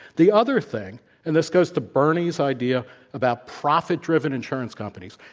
the other thing and this goes to bernie's idea about profit-driven insurance companies.